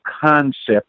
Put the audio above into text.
concept